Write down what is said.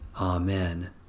Amen